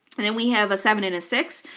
and then we have a seven and a six,